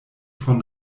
von